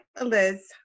Liz